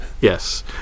Yes